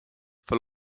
for